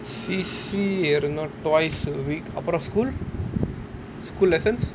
C_C_A இருந்தும்:irunthum twice a week அப்புறம்:appuram school school lessons